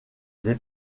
les